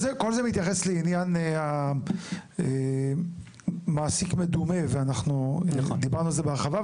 כל זה מתייחס לעניין המעסיק המדומה ואנחנו דיברנו על זה ברחבה,